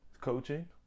Coaching